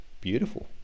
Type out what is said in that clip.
beautiful